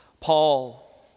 Paul